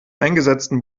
eingesetzten